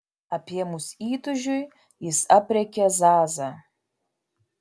apėmus įtūžiui jis aprėkė zazą